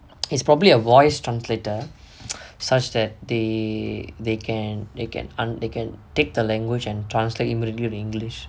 it's probably a voice translator such that they they can they can they can take the language and translate them into english